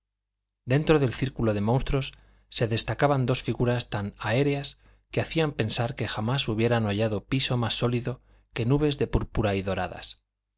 dentro del círculo de monstruos se destacaban dos figuras tan aéreas que hacían pensar que jamás hubieran hollado piso más sólido que nubes de púrpura y doradas